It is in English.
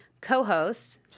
co-hosts